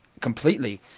completely